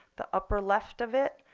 the upper left of it,